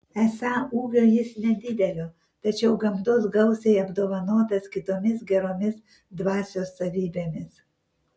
esą ūgio jis nedidelio tačiau gamtos gausiai apdovanotas kitomis geromis dvasios savybėmis